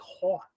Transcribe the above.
hot